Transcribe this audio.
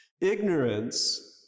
Ignorance